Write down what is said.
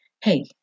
Hey